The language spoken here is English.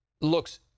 looks